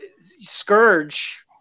Scourge